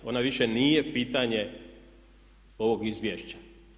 Ona više nije pitanje ovog izvješća.